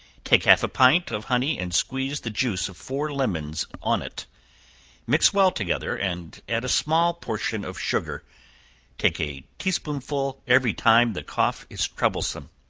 take half a pint of honey and squeeze the juice of four lemons on it mix well together, and add a small portion of sugar take a tea-spoonful every time the cough is troublesome.